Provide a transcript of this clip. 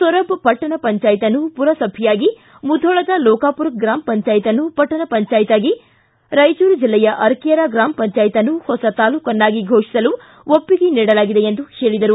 ಸೊರಬ ಪಟ್ಟಣ ಪಂಚಾಯತ್ನ್ನು ಮರಸಭೆಯಾಗಿ ಮುಧೋಳದ ಲೋಕಾಮರ ಗ್ರಾಮ ಪಂಚಾಯತ್ನ್ನು ಪಟ್ಟಣ ಪಂಚಾಯತ್ಯಾಗಿ ರಾಯಚೂರು ಜಿಲ್ಲೆಯ ಅರಕೆರಾ ಗ್ರಾಮ್ ಪಂಚಾಯತ್ನ್ನು ಹೊಸ ತಾಲೂಕನ್ನಾಗಿ ಘೋಷಿಸಲು ಒಪ್ಪಿಗೆ ನೀಡಲಾಗಿದೆ ಎಂದು ಹೇಳಿದರು